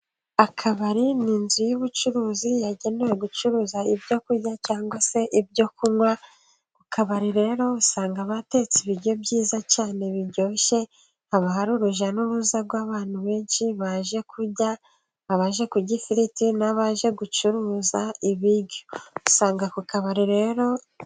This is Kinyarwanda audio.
Akabari ni inzu y'ubucuruzi yagenewe gucuruza ibyo kurya cyangwa se ibyo kunywa, ku kabari rero usanga batetse ibiryo byiza cyane biryoshye, haba hari urujya n'uruza rw'abantu benshi baje kurya, abaje kurya ifiriti n'abaje gucuruza ibiryo.